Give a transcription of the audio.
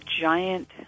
giant